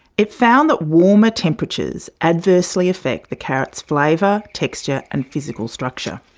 it found that warmer temperatures adversely affect the carrot's flavour, texture and physical structure.